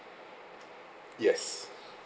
yes